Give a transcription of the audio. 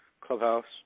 Clubhouse